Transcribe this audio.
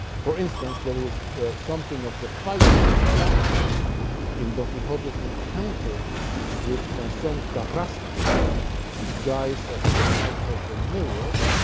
for instance, there is something of the fight with the basque in don quixote's encounter with sanson carrasco disguised as the knight of the mirrors,